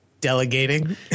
Delegating